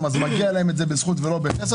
מגיע להם בזכות ולא מחסד.